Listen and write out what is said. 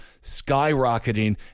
skyrocketing